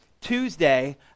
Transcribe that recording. Tuesday